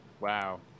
Wow